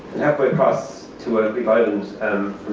and halfway across to a greek island,